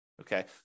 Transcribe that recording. Okay